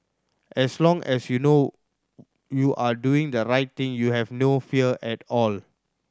as long as you know you are doing the right thing you have no fear at all